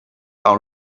our